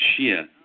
Shia